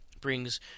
brings